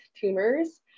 tumors